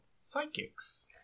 psychics